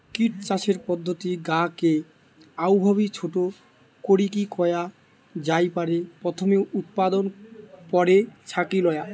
kit চাষের পদ্ধতির গা কে অউভাবি ছোট করিকি কয়া জাই পারে, প্রথমে উতপাদন, পরে ছাকি লয়া